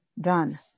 done